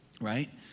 right